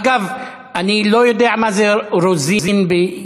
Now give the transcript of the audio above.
אגב, אני לא יודע מה זה רוזין ביידיש,